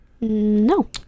No